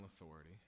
authority